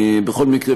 בכל מקרה,